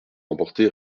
remportées